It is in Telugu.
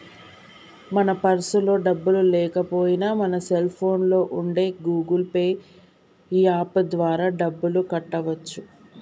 మన పర్సులో డబ్బులు లేకపోయినా మన సెల్ ఫోన్లో ఉండే గూగుల్ పే యాప్ ద్వారా డబ్బులు కట్టవచ్చు